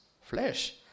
flesh